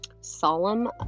solemn